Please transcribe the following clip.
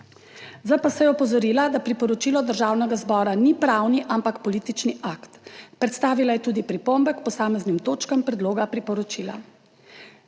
ZPS je opozorila, da priporočilo Državnega zbora ni pravni ampak politični akt. Predstavila je tudi pripombe k posameznim točkam predloga priporočila.